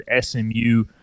SMU